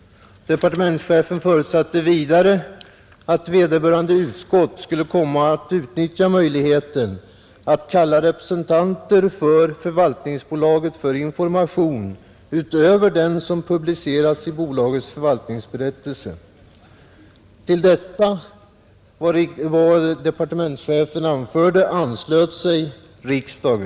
Departementschefen förutsatte vidare att vederbörande utskott skulle komma att utnyttja möjligheten att kalla representanter för förvaltningsbolaget för information utöver den som publicerats i bolagets förvaltningsberättelse. Riksdagen anslöt sig till vad departementschefen anfört.